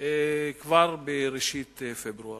כבר בראשית פברואר.